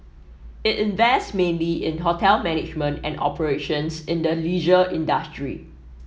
it invests mainly in hotel management and operations in the leisure industry